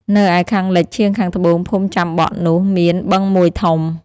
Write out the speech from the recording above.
ឯនៅខាងលិចឆៀងខាងត្បូងភូមិចាំបក់នោះមានបឹងមួយធំ